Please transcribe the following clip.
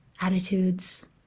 attitudes